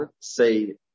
say